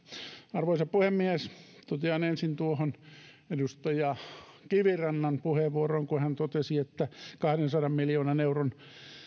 arvoisa puhemies totean ensin tuohon edustaja kivirannan puheenvuoroon kun hän totesi että tuloveroon tulee kahdensadan miljoonan euron